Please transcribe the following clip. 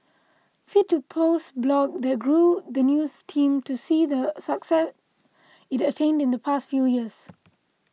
fit to Post blog that grew the news team to see the success it attained in the past few years